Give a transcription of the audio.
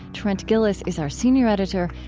trent gilliss is our senior editor.